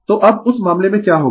तो अब उस मामले में क्या होगा